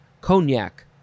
cognac